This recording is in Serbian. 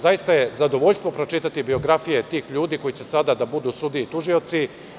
Zaista je zadovoljstvo pročitati biografije tih ljudi koji će sada da budu sudije i tužioci.